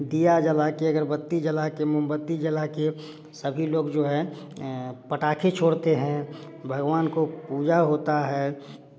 दिया जला के अगरबत्ती जला के मोमबत्ती जला के सभी लोग जो है पटाखे छोड़ते हैं भगवान को पूजा होता है